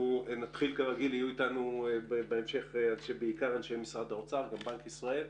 בהמשך הישיבה יהיו איתנו אנשי משרד האוצר ובנק ישראל.